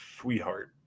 sweetheart